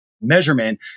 Measurement